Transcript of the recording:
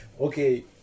Okay